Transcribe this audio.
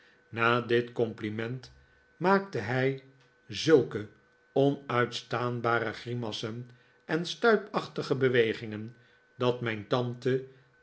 rsfa dit compliment maakte hij zulke onuitstaanbare grimassen en stuipachtige bewegingen dat mijn tante